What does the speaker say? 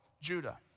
Judah